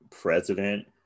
president